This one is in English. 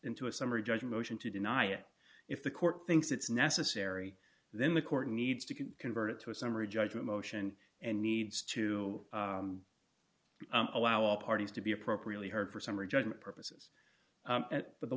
into a summary judgment motion to deny it if the court thinks it's necessary then the court needs to convert it to a summary judgment motion and needs to allow all parties to be appropriately heard for summary judgment purposes but the